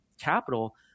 capital